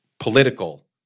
political